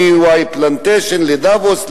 מ"וואי פלנטיישן" לדבוס,